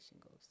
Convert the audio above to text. goes